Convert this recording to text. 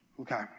Okay